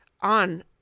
on